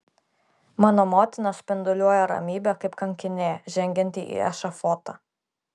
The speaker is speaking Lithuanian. mano motina spinduliuoja ramybe kaip kankinė žengianti į ešafotą